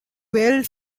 weald